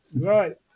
Right